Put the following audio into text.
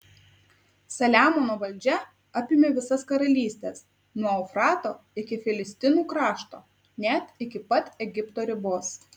saliamono valdžia apėmė visas karalystes nuo eufrato iki filistinų krašto net iki pat egipto ribos